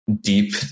deep